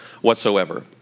whatsoever